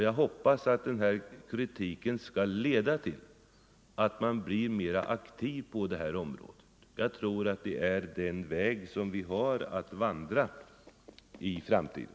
Jag hoppas att den här kritiken skall leda till att man blir mer aktiv på det här området. Jag tror att det är den väg vi har att vandra i framtiden.